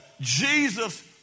Jesus